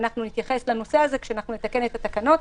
אנחנו נתייחס לנושא הזה כאשר נתקן את התקנות,